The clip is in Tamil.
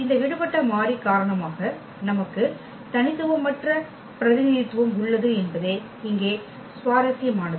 இந்த விடுபட்ட மாறி காரணமாக நமக்கு தனித்துவமற்ற பிரதிநிதித்துவம் உள்ளது என்பது இங்கே சுவாரஸ்யமானது